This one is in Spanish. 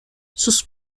sus